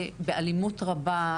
באלימות רבה,